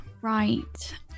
Right